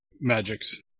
magics